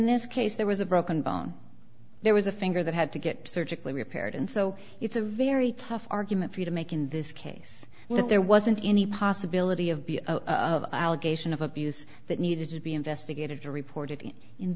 this case there was a broken bone there was a finger that had to get surgically repaired and so it's a very tough argument to make in this case that there wasn't any possibility of allegation of abuse that needed to be investigated to report